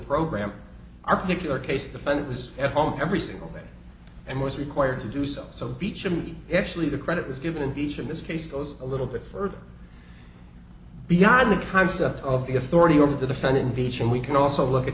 program our particular case the fund was at home every single day and was required to do so so beechen actually the credit was given beach in this case goes a little bit further beyond the concept of the authority of the defendant beaching we can also look at